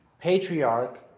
patriarch